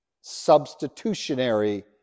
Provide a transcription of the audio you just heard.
Substitutionary